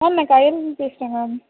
ma'am நான் கயல்விழி பேசுகிறேன் ma'am